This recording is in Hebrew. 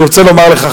אני רוצה לומר לך,